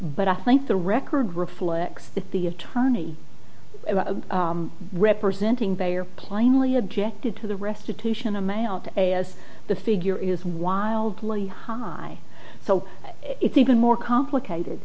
but i think the record reflects that the attorney representing they are plainly objected to the restitution i'm out as the figure is wildly high so it's even more complicated